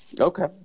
Okay